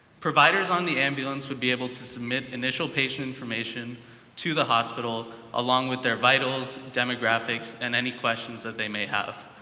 providers on the ambulance would be able to submit initial patient information to the hospital along with their vitals, demographics, and any questions that they may have.